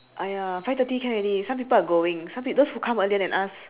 !aiya! five thirty can already some people are going some pe~ those who come earlier than us